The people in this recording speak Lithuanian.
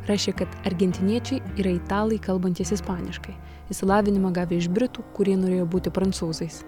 rašė kad argentiniečiai yra italai kalbantys ispaniškai išsilavinimą gavę iš britų kurie norėjo būti prancūzais